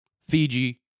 fiji